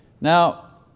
Now